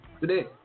Today